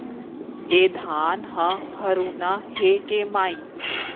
ए धान ह हरूना हे के माई?